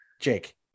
Jake